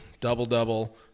double-double